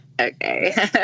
Okay